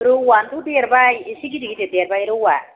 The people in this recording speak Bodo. रौआथ' देरबाय एसे गिदिर गिदिर देरबाय रौआ